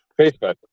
Facebook